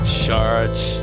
church